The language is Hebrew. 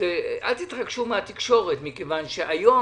אל תתרגשו מהתקשורת כי היום,